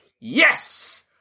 yes